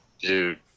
Dude